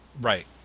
Right